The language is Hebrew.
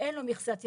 שאין מכסת ימים,